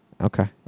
Okay